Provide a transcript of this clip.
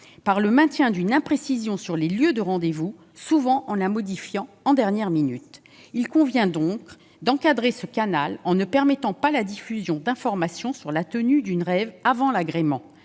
par le maintien d'une imprécision sur le lieu de rendez-vous, souvent en le modifiant à la dernière minute. Il convient donc d'encadrer ce canal, en ne permettant pas la diffusion d'informations sur la tenue d'une rave avant l'agrément